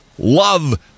Love